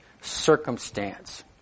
circumstance